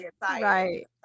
Right